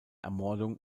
ermordung